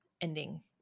ending